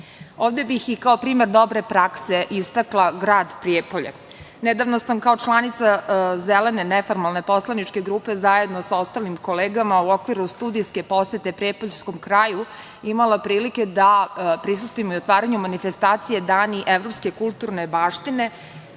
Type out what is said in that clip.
žive. Ovde bih i kao primer dobre prakse istakla grad Prijepolje. Nedavno sam kao članica zelene neformalne poslaničke grupe zajedno sa ostalim kolegama u okviru studijske posete prijepoljskom kraju imala prilike da prisustvujem i otvaranju manifestacije "Dani evropske kulturne baštine",